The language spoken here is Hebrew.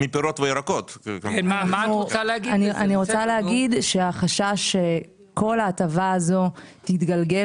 אני רוצה להגיד שהחשש שכל ההטבה הזו תתגלגל